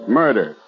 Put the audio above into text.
murder